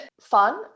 fun